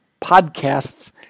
podcasts